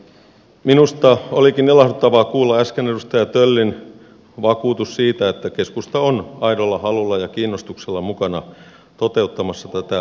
minusta olikin ilahduttavaa kuulla äsken edustaja töllin vakuutus siitä että keskusta on aidolla halulla ja kiinnostuksella mukana toteuttamassa tätä tärkeää kuntauudistusta